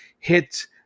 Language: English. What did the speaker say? Hit